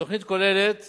התוכנית כוללת